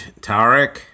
Tarek